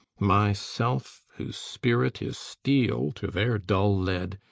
my self, whose spirit is steel to their dull lead,